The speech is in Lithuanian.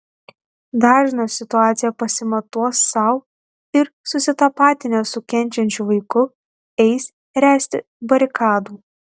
dažnas situaciją pasimatuos sau ir susitapatinęs su kenčiančiu vaiku eis ręsti barikadų